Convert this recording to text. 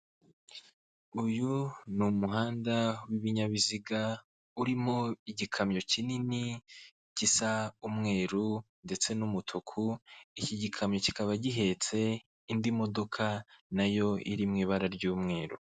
Uyu ni umuhanda w'ibinyabiziga urimo igikamyo kinini gisa umweru ndetse n'umutuku, iki gikamyo kikaba gihetse indi modoka nayo iri mu ibara ry'umweru.